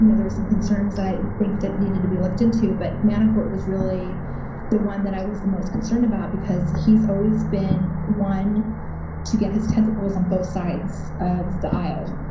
yeah there were some concerns i think, that needed to be looked into, but manafort was really the one that i was the most concerned about, because he's always been one to get his tentacles on both sides of the aisle.